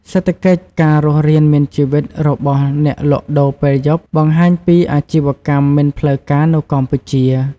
សេដ្ឋកិច្ចការរស់រានមានជីវិតរបស់អ្នកលក់ដូរពេលយប់បង្ហាញពីអាជីវកម្មមិនផ្លូវការនៅកម្ពុជា។